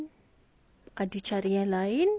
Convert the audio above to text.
ada cara yang lain